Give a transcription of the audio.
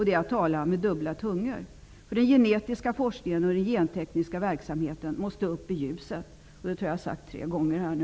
Det är att tala med dubbla tungor. Den genetiska forskningen och den gentekniska verksamheten måste upp i ljuset. Det tror jag att jag har sagt tre gånger nu.